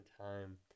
time